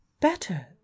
better